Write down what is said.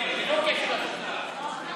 אלו הן תוצאות ההצבעה: 43 בעד, 54 נגד.